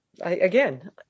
again